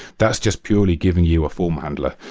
that's just purely giving you a form handler.